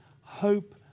hope